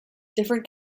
different